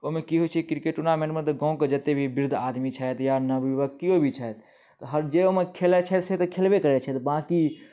ओहिमे की होइ छै क्रिकेट टुनामेन्टमे गावँके जते भी बृद्ध आदमी छथि या नवयुवक केओ भी छथि हर जे ओहिमे खेलाइ छथि से तऽ खेलबे करै छथि बाँकी